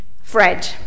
Fred